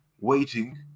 Waiting